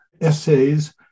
essays